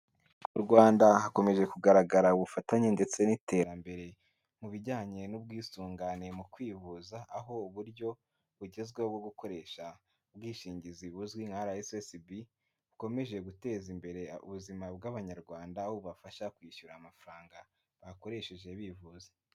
Mu Rwanda hakomeje kugaragara ubufatanye ndetse n'iterambere mu bijyanye n'ubwisungane mu kwivuza, aho uburyo bugezweho bwo gukoresha ubwishingizi buzwi nka RSSB, bukomeje guteza imbere ubuzima bw'abanyarwanda, aho bubafasha kwishyura amafaranga bakoresheje bivuza.